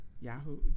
Yahoo